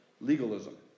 legalism